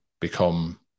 become